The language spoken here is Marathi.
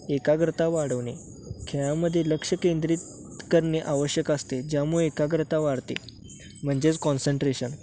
एकाग्रता वाढवणे खेळामध्ये लक्ष केंद्रित करणे आवश्यक असते ज्यामुळे एकाग्रता वाढते म्हणजेच कॉन्सन्ट्रेशन